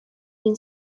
been